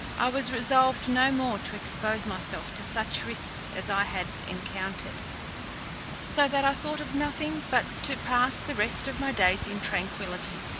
i was resolved no more to expose myself to such risks as i had encountered so that i thought of nothing but to pass the rest of my days in tranquillity.